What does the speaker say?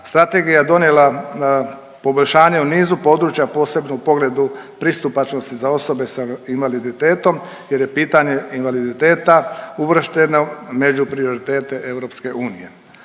Strategija je donijela poboljšanje u nizu područja posebno u pogledu pristupačnosti za osobe sa invaliditetom, jer je pitanje invaliditeta uvršteno među prioritete EU.